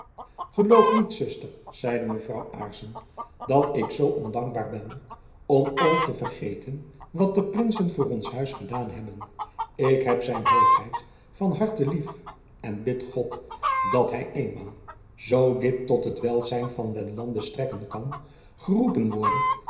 geloof niet zuster zeide mevrouw aarssen dat ik zoo ondankbaar ben om ooit te vergeten wat de prinsen voor ons huis gedaan hebben ik heb z hoogheid van harte lief en bid god dat hy eenmaal zoo dit tot het welzijn van den lande jacob van lennep elizabeth musch strekken kan geroepen worde